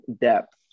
depth